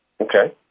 Okay